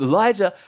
Elijah